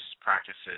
practices